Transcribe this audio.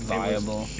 viable